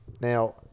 Now